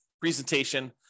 presentation